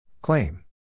Claim